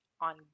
on